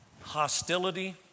Hostility